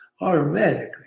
automatically